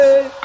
Hey